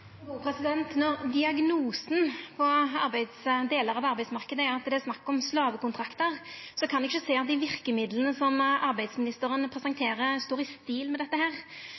Når diagnosen på delar av arbeidsmarknaden er at det er snakk om slavekontraktar, kan eg ikkje sjå at dei verkemidla som arbeidsministeren presenterer, står i stil med